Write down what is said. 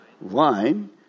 wine